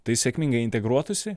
tai sėkmingai integruotųsi